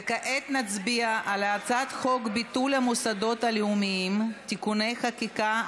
כעת נצביע על הצעת חוק ביטול המוסדות הלאומיים (תיקוני חקיקה),